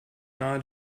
nahe